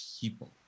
people